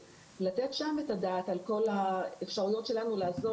ולתת שם את הדעת על כל האפשרויות שלנו לעזור